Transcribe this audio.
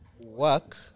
work